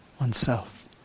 oneself